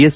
S